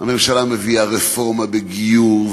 הממשלה מביאה רפורמה בגיור,